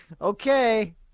Okay